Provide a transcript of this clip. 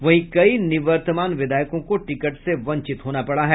वहीं कई निवर्तमान विधायकों को टिकट से वंचित होना पड़ा है